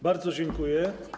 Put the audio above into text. Bardzo dziękuję.